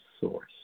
source